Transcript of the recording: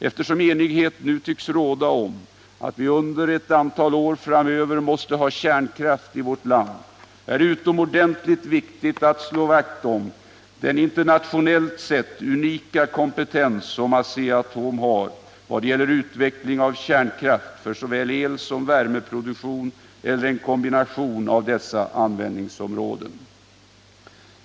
Eftersom enighet nu tycks råda om att vi under ett antal år framöver måste ha kärnkraft i vårt land, är det utomordentligt viktigt att slå vakt om den internationellt sett unika kompetens som Asea-Atom har vad gäller utveckling av kärnkraft för såväl elsom värmeproduktion eller en kombination av dessa användningsområden.